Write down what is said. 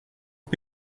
son